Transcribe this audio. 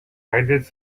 haideți